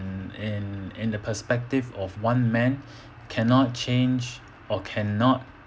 mm in in the perspective of one man cannot change or cannot